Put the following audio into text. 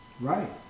Right